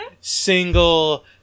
single